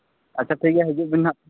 ᱟᱪᱪᱷᱟ ᱴᱷᱤᱠ ᱜᱮᱭᱟ ᱦᱤᱡᱩᱜ ᱵᱤᱱ ᱦᱟᱸᱜ